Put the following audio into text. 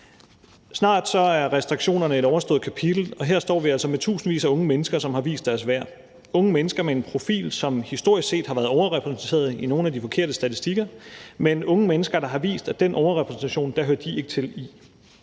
Snart er restriktionerne et overstået kapitel, og her står vi altså med tusindvis af unge mennesker, som har vist deres værd. Det er unge mennesker med en profil, som historisk set har været overrepræsenteret i nogle af de forkerte statistikker, men det er unge mennesker, der har vist, at de ikke hører til i